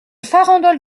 farandole